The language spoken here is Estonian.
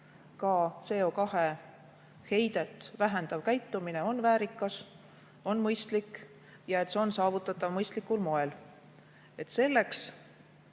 ka CO2‑heidet vähendav käitumine on väärikas, et see on mõistlik ja saavutatav mõistlikul moel. Selleks